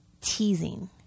teasing